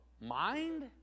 mind